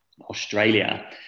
Australia